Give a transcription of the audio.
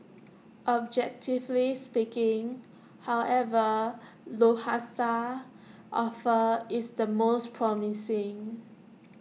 objectively speaking however Lufthansa's offer is the most promising